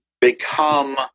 become